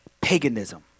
Paganism